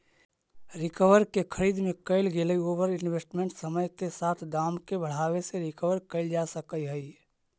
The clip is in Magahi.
रियल के खरीद में कईल गेलई ओवर इन्वेस्टमेंट समय के साथ दाम के बढ़ावे से रिकवर कईल जा सकऽ हई